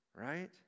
Right